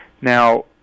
Now